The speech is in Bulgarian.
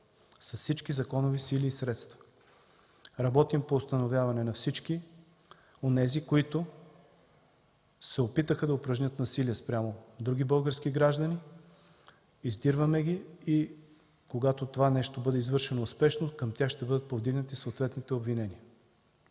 с всички законови сили и средства. Работим по установяване на всички онези, които се опитаха да упражнят насилие спрямо други български граждани. Издирваме ги и когато това нещо бъде извършено, към тях спешно ще бъдат повдигнати съответните обвинения.